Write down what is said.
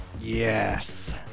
Yes